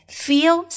feel